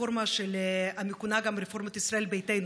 הרפורמה שמכונה גם "הרפורמה של ישראל ביתנו",